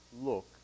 look